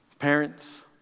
Parents